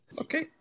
Okay